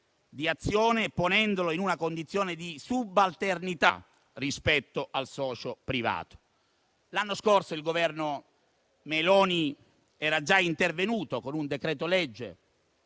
di azione e ponendolo in una condizione di subalternità rispetto al socio privato. L'anno scorso il Governo Meloni era già intervenuto con un decreto-legge,